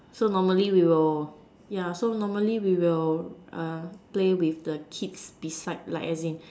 so normally we will yeah so normally we will err play with the kids beside like as in